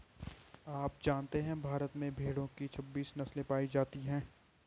आप जानते है भारत में भेड़ो की छब्बीस नस्ले पायी जाती है